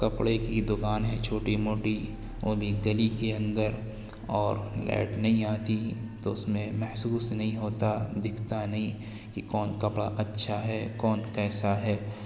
کپڑے کی دکان ہے چھوٹی موٹی وہ بھی گلی کے اندر اور لائٹ نہیں آتی تو اس میں محسوس نہیں ہوتا دکھتا نہیں کہ کون کپڑا اچھا ہے کون کیسا ہے